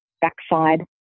backside